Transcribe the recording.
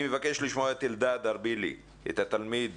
אני אבקש לשמוע את אלדד ארבילי, תלמיד